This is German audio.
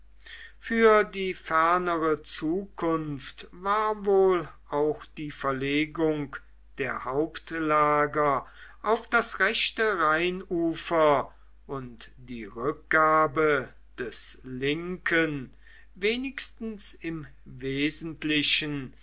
für die fernere zukunft war wohl auch die verlegung der hauptlager auf das rechte rheinufer und die rückgabe des linken wenigstens im wesentlichen